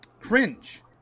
cringe